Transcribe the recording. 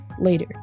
later